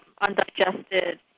undigested